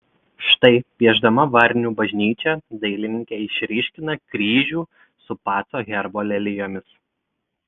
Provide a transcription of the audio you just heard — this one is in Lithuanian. štai piešdama varnių bažnyčią dailininkė išryškina kryžių su pacų herbo lelijomis